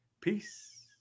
peace